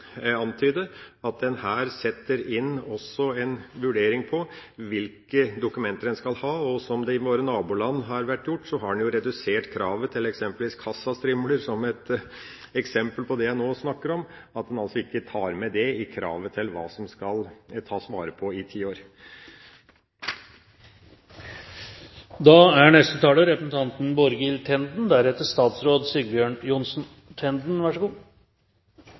Jeg vil antyde at en her bør gjøre en vurdering av hvilke dokumenter en skal ha, slik det har vært gjort i våre naboland. Der har en, som et eksempel på det jeg nå snakker om, redusert kravet til eksempelvis kassastrimler. En tar altså ikke det med i kravet til hva som skal tas vare på i ti år. Takk til saksordføreren for en balansert fremstilling – og også til representanten Lundteigen for en balansert fremstilling. Mye er